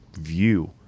view